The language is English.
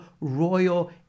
royal